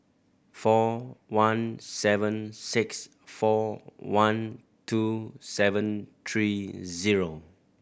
four one seven six four one two seven three zero